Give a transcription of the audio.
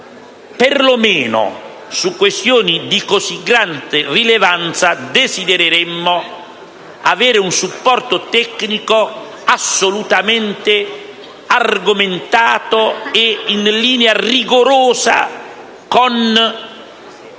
per lo meno su questioni di così grande rilevanza, desidereremmo avere un supporto tecnico assolutamente argomentato e in linea rigorosa con